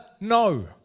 No